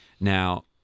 Now